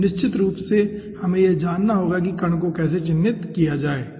तो निश्चित रूप से हमें यह जानना होगा कि कण को कैसे चिह्नित किया जाए ठीक है